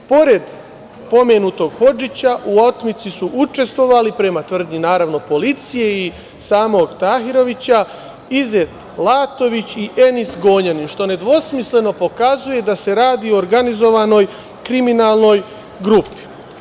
Pored pomenutog Hodžića u otmici su učestvovali prema tvrdnji, naravno, policije i samog Tahirovića, Izet Latović i Enis Gonjanin, što nedvosmisleno pokazuje da se radi o organizovanoj kriminalnoj grupi.